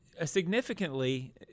Significantly